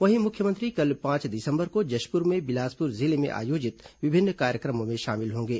वहीं मुख्यमंत्री कल पांच दिसंबर को जशुपर और बिलासपुर जिले में आयोजित विभिन्न कार्यक्रमों में शामिल होंगे